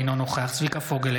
אינו נוכח צביקה פוגל,